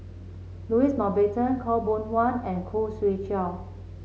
Louis Mountbatten Khaw Boon Wan and Khoo Swee Chiow